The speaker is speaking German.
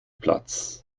platz